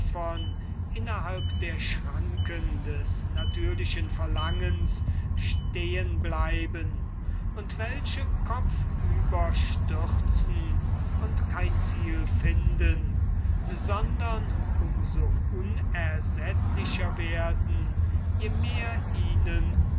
innerhalb der schranken des natürlichen verlangens stehen bleiben und welche kopfüber stürzen und kein ziel finden sondern um so unersättlicher werden je mehr ihnen